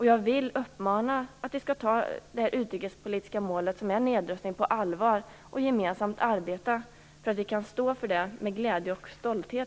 Jag vill uppmana till att vi skall ta det utrikespolitiska målet om nedrustning på allvar och gemensamt arbeta för att vi kan stå för det med glädje och stolthet.